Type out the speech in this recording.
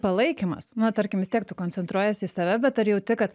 palaikymas na tarkim vis tiek tu koncentruojiesi į save bet ar jauti kad